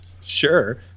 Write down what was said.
Sure